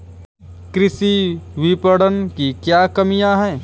कृषि विपणन की क्या कमियाँ हैं?